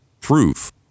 proof